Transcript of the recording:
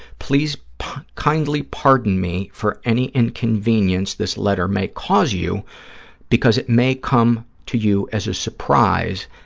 please kindly pardon me for any inconvenience this letter may cause you because it may come to you as a surprise,